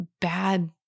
bad